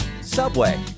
Subway